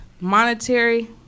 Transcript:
monetary